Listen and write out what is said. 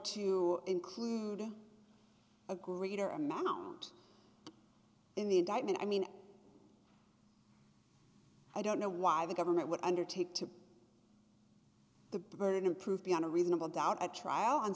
to include a greater amount in the indictment i mean i don't know why the government would undertake to the burden of proof beyond a reasonable doubt at trial and